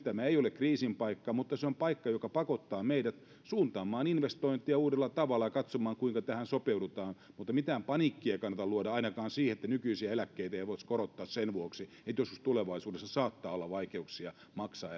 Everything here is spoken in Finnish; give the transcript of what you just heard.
tämä ei ole kriisin paikka mutta se on paikka joka pakottaa meidät suuntaamaan investointeja uudella tavalla ja katsomaan kuinka tähän sopeudutaan mitään paniikkia ei kannata luoda ainakaan siihen että nykyisiä eläkkeitä ei voitaisi korottaa sen vuoksi että joskus tulevaisuudessa saattaa olla vaikeuksia maksaa